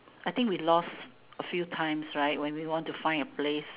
I think we lost a few times right when we want to find a place